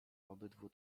obydwu